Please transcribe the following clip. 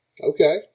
Okay